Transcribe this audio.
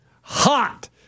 Hot